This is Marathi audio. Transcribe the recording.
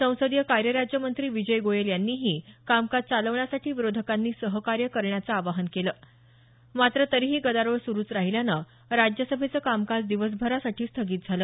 संसदीय कार्य राज्यमंत्री विजय गोयल यांनीही कामकाज चालवण्यासाठी विरोधकांनी सहकार्य करण्याचं आवाहन केलं मात्र तरीही गदारोळ सुरुच राहील्याचं राज्यसभेचं कामकाज दिवसभरासाठी स्थगित झालं